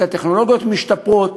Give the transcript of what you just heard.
כי הטכנולוגיות משתפרות.